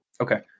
okay